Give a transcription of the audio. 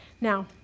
Now